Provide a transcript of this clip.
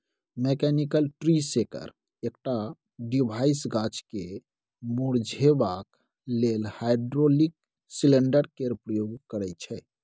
mechanical tree shaker एकटा device गाछ केँ मुरझेबाक लेल हाइड्रोलिक सिलेंडर केर प्रयोग करय छै